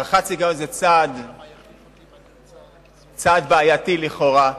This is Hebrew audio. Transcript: צעד בעייתי, לכאורה.